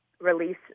release